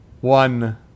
One